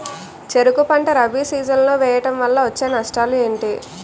చెరుకు పంట రబీ సీజన్ లో వేయటం వల్ల వచ్చే నష్టాలు ఏంటి?